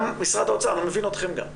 גם משרד האוצר, אני מבין אתכם גם.